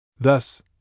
Thus